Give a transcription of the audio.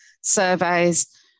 surveys